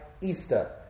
Easter